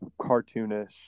cartoonish